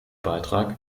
beitrag